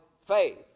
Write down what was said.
faith